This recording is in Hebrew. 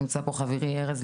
נמצא פה חברי ארז,